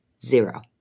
Zero